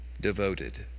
devoted